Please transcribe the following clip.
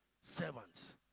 servants